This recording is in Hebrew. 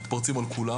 הם מתפרצים על כולם